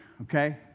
okay